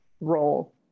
role